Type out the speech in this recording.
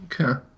Okay